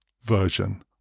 version